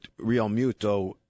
Realmuto